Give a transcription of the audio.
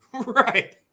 Right